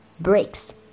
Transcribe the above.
bricks